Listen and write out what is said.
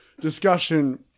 discussion